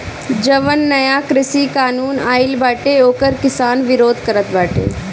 जवन नया कृषि कानून आइल बाटे ओकर किसान विरोध करत बाटे